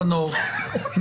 חנוך,